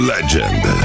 Legend